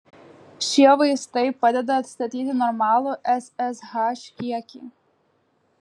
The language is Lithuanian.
šie vaistai padeda atstatyti normalų ssh kiekį